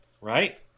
right